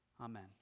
Amen